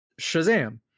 Shazam